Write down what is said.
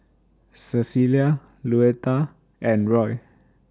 Cecilia Louetta and Roy